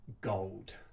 gold